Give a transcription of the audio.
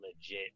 legit